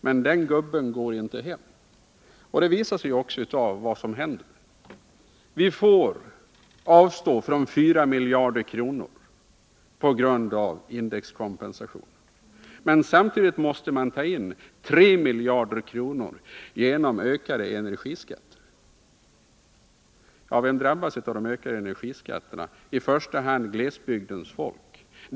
Men den gubben går inte hem. Vad som händer visar ju också detta. Vi får avstå från 4 miljarder kronor på grund av indexkompensation, men samtidigt måste vi ta in 3 miljarder kronor genom ökade energiskatter. Vem drabbas av de höjda energiskatterna? Det är i första hand glesbygdens folk.